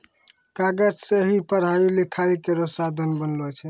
कागज सें ही पढ़ाई लिखाई केरो साधन बनलो छै